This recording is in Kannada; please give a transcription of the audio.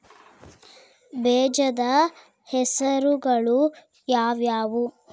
ಬೇಜದ ಹೆಸರುಗಳು ಯಾವ್ಯಾವು?